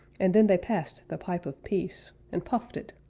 and then they passed the pipe of peace, and puffed it,